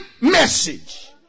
message